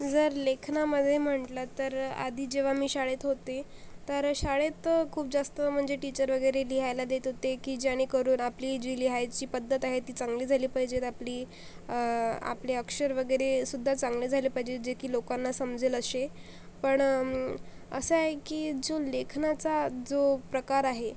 जर लेखनामध्ये म्हटलं तर आधी जेव्हा मी शाळेत होते तर शाळेत खूप जास्त म्हणजे टीचर वगैरे लिहायला देत होते की जेणेकरून आपली जी लिहायची पद्धत आहे ती चांगली झाली पाहिजे आपली आपले अक्षर वगैरे सुद्धा चांगले झाले पाहिजे जे की लोकांना समजेल असे पण असे आहे की अजून लेखनाचा जो प्रकार आहे